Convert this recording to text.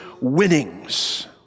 winnings